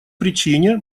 причине